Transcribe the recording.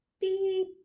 beep